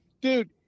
Dude